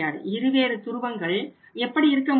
இருவேறு துருவங்கள் எப்படி இருக்க முடியும்